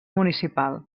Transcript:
municipal